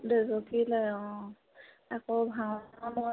দৈৱকী লয় অঁ আকৌ ভাওনা মই